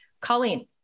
Colleen